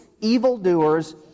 evildoers